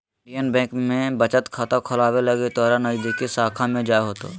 Indian Bank में बचत खाता खोलावे लगी तोरा नजदीकी शाखा में जाय होतो